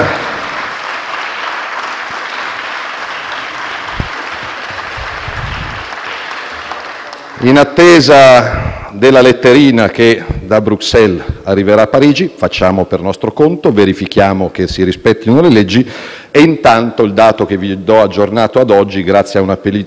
In attesa della letterina che da Bruxelles arriverà a Parigi, facciamo per conto nostro; verifichiamo che si rispettino le leggi e, intanto, il dato che vi do aggiornato a oggi grazie a una politica seria